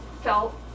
felt